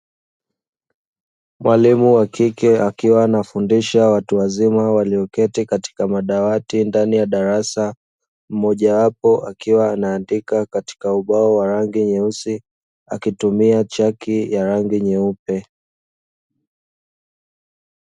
Mwalimu wa kike snaefundisha watu wazima walioketi katika madawati ndani ya darasa mmoja wapo akiwa anaandika kwenye ubao wenye rangi nyeusi akitumia chaki ya rangi nyeupe.